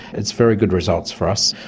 that's very good results for us.